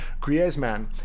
Griezmann